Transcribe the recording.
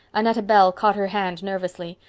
annetta bell caught her hand nervously.